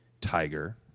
tiger